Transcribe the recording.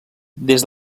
des